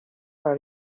par